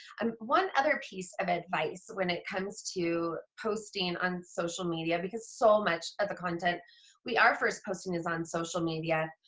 um one other piece of advice when it comes to posting on social media, because so much of the content we are first posting is on social media,